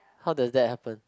how does that happen